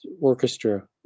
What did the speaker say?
orchestra